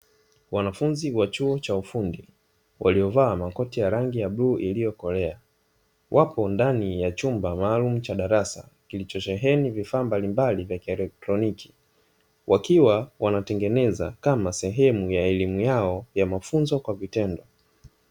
Wanafunzi wa chuo cha ufundi, waliovaa makoti yarangibya bluu iliyokolea, wapo ndani ya chumba maalumu cha darasa, kikichosheheni vifaa mbalimbali vya kieletroniki, wakiwa wanatengeneza kama sehemu ya elimu yao ya mafunzo kwa vitendo.